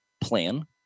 plan